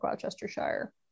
gloucestershire